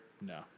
No